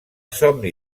somni